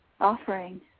offering